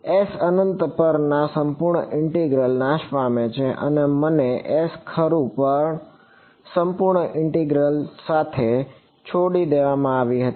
S અનંત પરના સંપૂર્ણ ઇન્ટિગ્રલતા નાશ પામે છે અને મને S ખરું પર સંપૂર્ણ ઇન્ટિગ્રલ સાથે છોડી દેવામાં આવી હતી